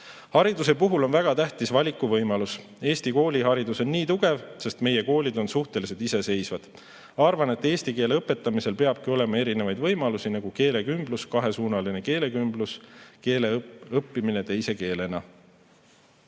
Hariduse puhul on väga tähtis valikuvõimalus. Eesti kooliharidus on nii tugev, sest meie koolid on suhteliselt iseseisvad. Arvan, et eesti keele õpetamisel peabki olema erinevaid võimalusi, nagu keelekümblus, kahesuunaline keelekümblus, keele õppimine teise keelena.